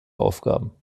aufgaben